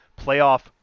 playoff